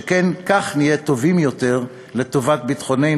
שכן כך נהיה טובים יותר, לטובת ביטחוננו.